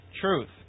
truth